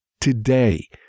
Today